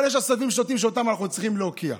אבל יש עשבים שוטים, ואותם אנחנו צריכים להוקיע.